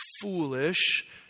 foolish